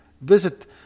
Visit